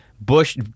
Bush